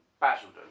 Basildon